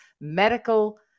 medical